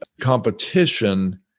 competition